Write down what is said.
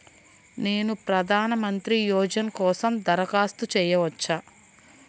నేను ప్రధాన మంత్రి యోజన కోసం దరఖాస్తు చేయవచ్చా?